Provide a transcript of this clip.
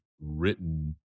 written